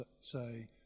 say